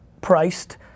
priced